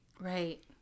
Right